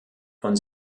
von